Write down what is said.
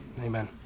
amen